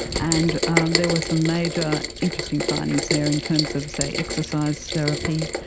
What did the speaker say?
and um there were some major interesting findings there in terms of, say, exercise therapy,